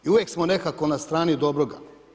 I uvijek smo nekako na strani dobroga.